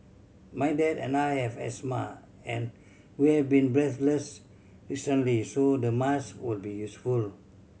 my dad and I have asthma and we have been breathless recently so the masks will be useful